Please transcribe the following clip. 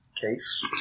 case